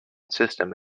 system